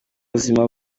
buzima